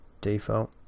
Default